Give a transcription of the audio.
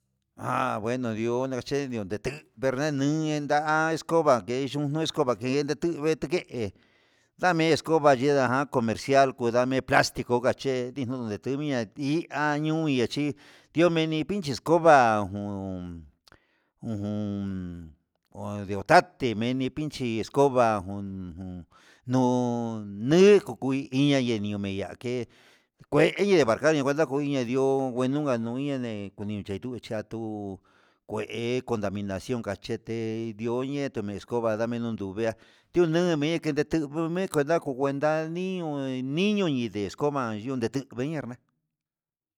Han bueno ndi'ó nakache diunde ti nigua niuu menda a escoba nguen yuu escoba kende nju kende ke'e dame escoba yindaga comercial kuu ndame plastico ngache udanituniya iha nuu inka chí ndio ndeni piche escoba jun ujun ondio otate meni pinche escoba jun jun no ni kukui, inño niya'a kué kueiña ndemakade kue iniya ndió ngueno nganuña nde kudeyuu chingatuu kué contaminación, unkachete ndi'o ndomie escoba ndañanuu ve ndunuu ndenekete ndume'e kada kuukuenta nii un niño nii nde escuba yundetu veirna'a.